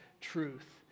truth